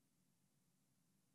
זה שיש אור ב-07:00,